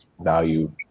value